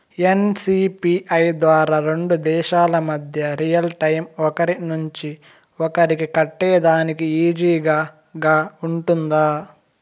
NCPI ద్వారా రెండు దేశాల మధ్య రియల్ టైము ఒకరి నుంచి ఒకరికి కట్టేదానికి ఈజీగా గా ఉంటుందా?